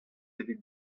evit